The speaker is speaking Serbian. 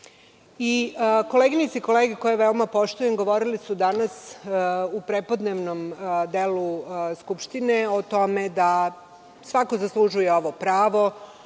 brinemo. Koleginice i kolege, koje veoma poštujem, govorili su danas u prepodnevnom delu Skupštine o tome da svako zaslužuje ovo pravo,